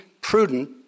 prudent